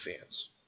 fans